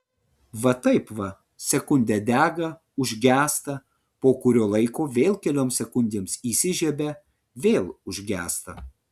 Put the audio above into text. va taip va sekundę dega užgęsta po kurio laiko vėl kelioms sekundėms įsižiebia vėl užgęsta